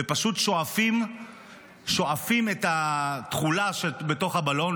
ופשוט שואפים את התכולה שבתוך הבלון.